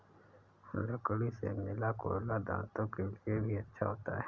लकड़ी से मिला कोयला दांतों के लिए भी अच्छा होता है